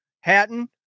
Hatton